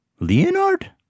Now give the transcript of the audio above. Leonard